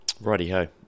Righty-ho